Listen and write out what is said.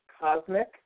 cosmic